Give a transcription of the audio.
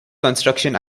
construction